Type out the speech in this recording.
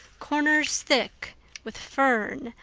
corners thick with fern,